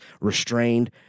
restrained